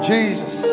Jesus